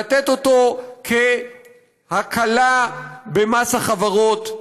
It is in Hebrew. לתת אותו כהקלה במס החברות,